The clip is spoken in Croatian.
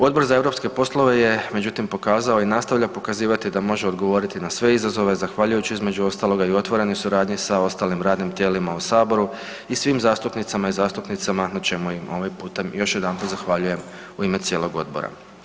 Odbor za europske poslove je međutim pokazao i nastavlja pokazivati da može odgovoriti na sve izazove zahvaljujući između ostaloga i otvorenoj suradnji sa ostalim radnim tijelima u Saboru i svim zastupnicima i zastupnicama na čemu im ovim putem još jedanput zahvaljujem u ime cijelog odbora.